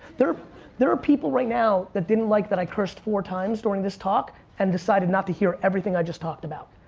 they're they're are people right now that didn't like that i cursed four times during this talk and decided not to hear everything i just talked about.